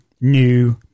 New